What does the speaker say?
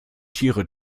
tiere